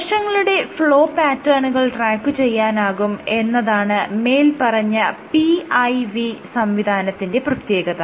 കോശങ്ങളുടെ ഫ്ലോ പാറ്റേണുകൾ ട്രാക്കുചെയ്യാനാകും എന്നതാണ് മേല്പറഞ്ഞ PIV സംവിധാനത്തിന്റെ പ്രത്യേകത